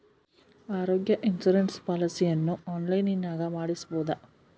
ಆರೋಗ್ಯ ಇನ್ಸುರೆನ್ಸ್ ಪಾಲಿಸಿಯನ್ನು ಆನ್ಲೈನಿನಾಗ ಮಾಡಿಸ್ಬೋದ?